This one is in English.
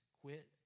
quit